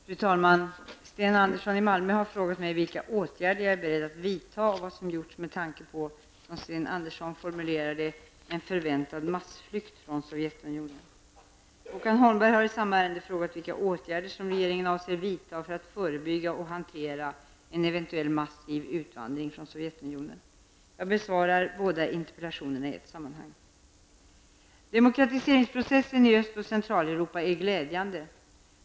Fru talman! Sten Andersson i Malmö har frågat mig vilka åtgärder jag är beredd att vidta och vad som har gjorts med tanke på, som Sten Andersson formulerar det, en förväntad massflykt från Håkan Holmberg har i samma ämne frågat vilka åtgärder som regeringen avser vidta för att förebygga och hantera en eventuell massiv utvandring från Sovjetunionen. Jag besvarar båda interpellationerna i ett sammanhang. Centraleuropa är glädjande.